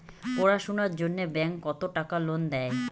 পড়াশুনার জন্যে ব্যাংক কত টাকা লোন দেয়?